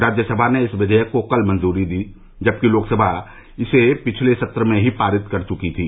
राज्यसभा ने इस विषेयक को कल मंजूरी दी जबकि लोकसभा इसे पिछले सत्र में ही पारित कर चुकी थी